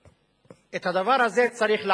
את הדבר הזה צריך לעצור.